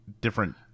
different